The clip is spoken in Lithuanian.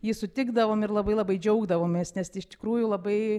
jį sutikdavom ir labai labai džiaugdavomės nes iš tikrųjų labai